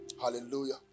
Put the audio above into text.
Hallelujah